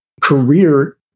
career